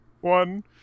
one